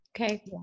Okay